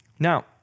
Now